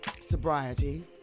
sobriety